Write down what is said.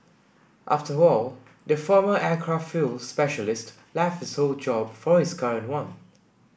after all the former aircraft fuel specialist left his old job for his current one